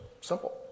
Simple